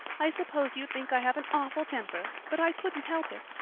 i suppose you think i have an awful temper, but i couldn't help it.